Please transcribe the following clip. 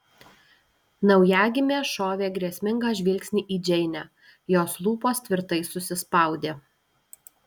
naujagimė šovė grėsmingą žvilgsnį į džeinę jos lūpos tvirtai susispaudė